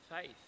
faith